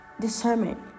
discernment